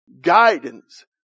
guidance